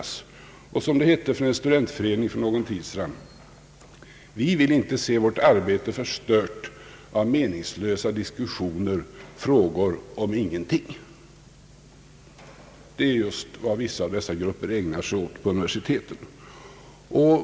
Deras inställning framgår av ett uttalande från en studentförening för någon tid sedan: »Vi vill inte se vårt arbete förstört av meningslösa diskussioner, frågor om ingenting.» Det är just vad vissa av dessa grupper ägnar sig åt vid universitetet.